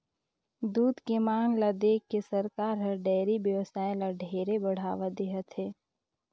दूद के मांग ल देखके सरकार हर डेयरी बेवसाय ल ढेरे बढ़ावा देहत हे